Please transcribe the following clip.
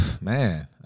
man